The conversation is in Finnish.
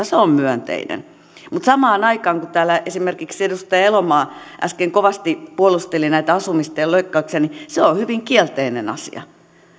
se on myönteinen asia mutta samaan aikaan kun täällä esimerkiksi edustaja elomaa äsken kovasti puolusteli asumistuen leikkauksia se on hyvin kielteinen asia